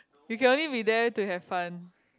you can only be there to have fun